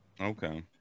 Okay